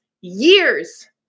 years